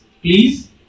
please